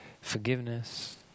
forgiveness